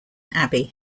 abbey